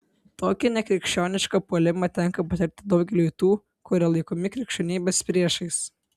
tokį nekrikščionišką puolimą tenka patirti daugeliui tų kurie laikomi krikščionybės priešais